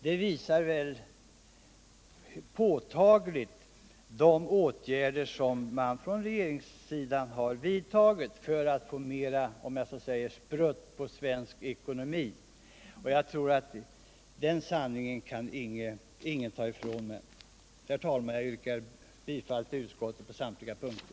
Det visar väl påtagligt de åtgärder som regeringen har vidtagit för att få mera ”sprutt” på svensk ekonomi. Jag tror inte att någon kan ta den övertygelsen ifrån mig. Herr talman! Jag yrkar bifall till utskottets hemställan på samtliga punkter.